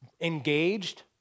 engaged